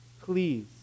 please